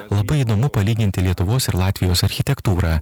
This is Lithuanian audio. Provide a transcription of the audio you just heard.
labai įdomu palyginti lietuvos ir latvijos architektūrą